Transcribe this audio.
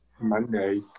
Monday